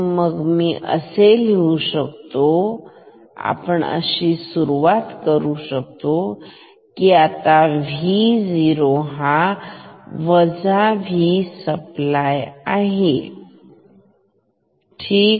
मग मी असे लिहितो की खरंतर आपण सुरुवात करू या आता Vo वजा V सप्लाय आहे ठीक आहे